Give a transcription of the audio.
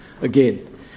again